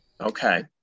okay